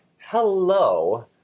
hello